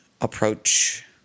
approach